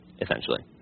essentially